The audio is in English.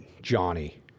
Johnny